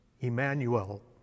Emmanuel